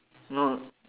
no no